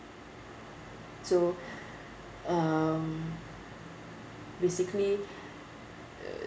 so um basically uh